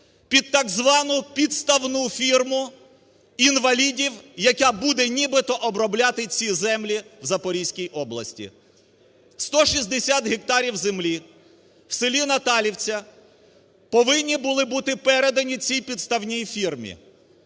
під так звану підставну фірму інвалідів, яка буде нібито обробляти ці землі в Запорізькій області. 160 гектарів землі в селі Наталівці повинні були бути передані цій підставній фірмі,